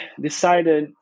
decided